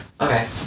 Okay